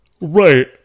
Right